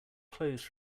closed